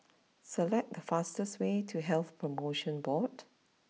select the fastest way to Health promotion Board